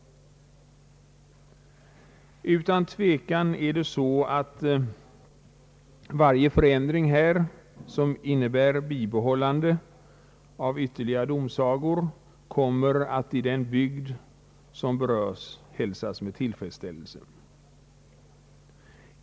Utan tvekan är det så att varje förändring som innebär bibehållande av ytterligare domsagor kommer för den bygd som berörs att hälsas med tillfredsställelse.